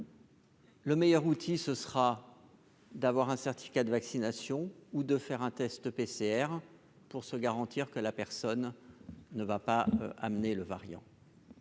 Le meilleur outil, ce sera d'avoir un certificat de vaccination ou de faire un test PCR pour se garantir que la personne ne va pas amener le variant.